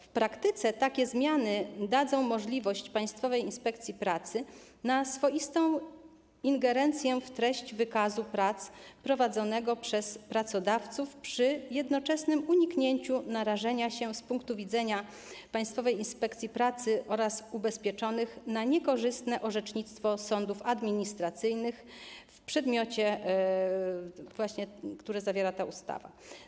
W praktyce takie zmiany dadzą Państwowej Inspekcji Pracy możliwość swoistej ingerencji w treść wykazu prac prowadzonego przez pracodawców przy jednoczesnym uniknięciu narażania się - z punktu widzenia Państwowej Inspekcji Pracy oraz ubezpieczonych - na niekorzystne orzecznictwo sądów administracyjnych w przedmiocie, którego dotyczy ta ustawa.